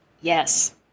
Yes